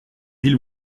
ville